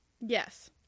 Yes